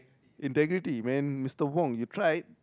integrity man Mister wong you tried